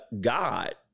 God